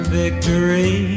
victory